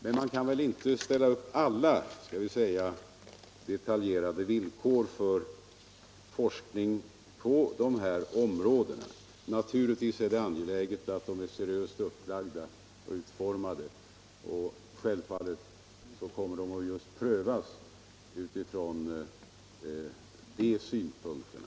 Men man kan väl inte ställa upp alla detaljerade villkor för forskning på de här områdena. Naturligtvis är det angeläget att projekten är seriöst upplagda och utformade, och självfallet kommer de att prövas utifrån de synpunkterna.